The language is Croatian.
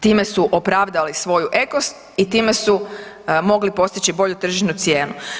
Time su opravdali svoju ekost i time su mogli postići bolju tržišnu cijenu.